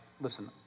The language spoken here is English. listen